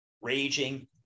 raging